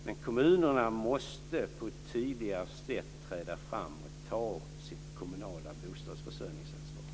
Men kommunerna måste på ett tydligare sätt träda fram och ta sitt kommunala bostadsförsörjningsansvar.